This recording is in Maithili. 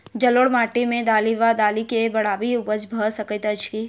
जलोढ़ माटि मे दालि वा दालि केँ बढ़िया उपज भऽ सकैत अछि की?